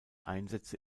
einsätze